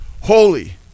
Holy